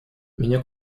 меня